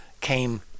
came